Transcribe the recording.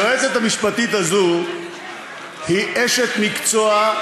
היועצת המשפטית הזאת היא אשת מקצוע,